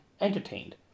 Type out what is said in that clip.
entertained